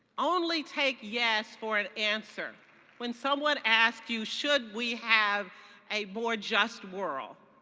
only take yes for an answer when someone asks you, should we have a more just world?